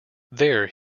there